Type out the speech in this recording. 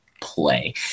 play